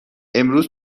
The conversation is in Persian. امروز